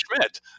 Schmidt